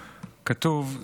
כתוב: